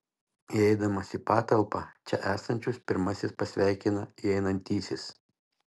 įeidamas į patalpą čia esančius pirmasis pasveikina įeinantysis